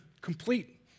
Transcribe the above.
complete